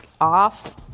off